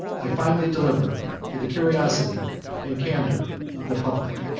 i finally delivere to the curiosity and candor of the public.